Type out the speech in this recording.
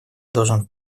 должен